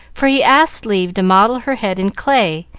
for he asked leave to model her head in clay,